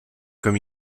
comme